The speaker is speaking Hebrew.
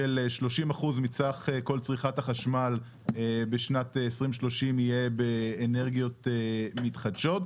של 30 אחוזים מסך כל צריכת החשמל בשנת 2030 יהיה באנרגיות מתחדשות.